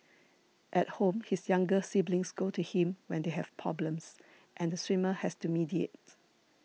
at home his younger siblings go to him when they have problems and the swimmer has to mediate